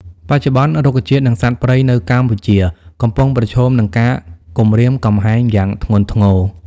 បច្ចុប្បន្ន រុក្ខជាតិ និងសត្វព្រៃនៅកម្ពុជាកំពុងប្រឈមនឹងការគំរាមកំហែងយ៉ាងធ្ងន់ធ្ងរ។